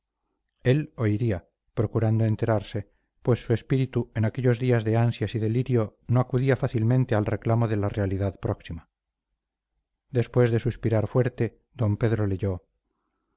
él oiría procurando enterarse pues su espíritu en aquellos días de ansias y delirio no acudía fácilmente al reclamo de la realidad próxima después de suspirar fuerte d pedro leyó